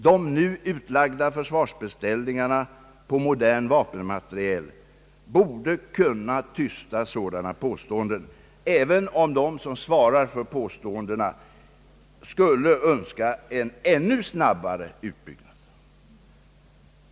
De nu utlagda försvarsbeställningarna på modern vapenmateriel borde kunna tysta sådana påståenden, även om de som svarar för påståendena skulle önska en ännu snabbare utbyggnad.